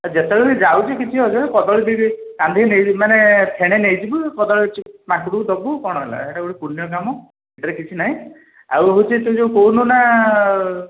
ଏ ଯେତେବେଳେ ବି ଯାଉଛୁ ଦେଖିବାକୁ କଦଳୀ ଦୁଇଟା କାନ୍ଧି ମାନେ ଫେଣେ ନେଇଯିବୁ କଦଳୀ ଟିକିଏ ମାଙ୍କଡ଼କୁ ଦେବୁ କ'ଣ ହେଲା ସେଟା ଗୋଟେ ପୁଣ୍ୟ କାମ ସେଥିରେ କିଛି ନାହିଁ ଆଉ ସେଟା ଯେଉଁ କହୁଲୁ ନା